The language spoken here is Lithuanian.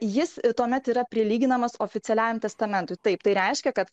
jis ir tuomet yra prilyginamas oficialiajam testamentui taip tai reiškia kad